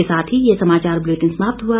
इसी के साथ ये समाचार बुलेटिन समाप्त हुआ